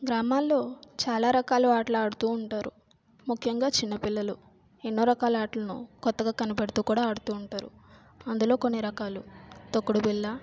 గ్రామాలలో చాలా రకాలు ఆటలు ఆడుతు ఉంటారు ముఖ్యంగా చిన్నపిల్లలు ఎన్నో రకాల ఆటలను కొత్తగా కనిపెడుతు కూడా ఆడుతు ఉంటారు అందులో కొన్ని రకాలు తొక్కుడు బిళ్ళ